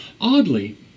Oddly